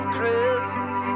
Christmas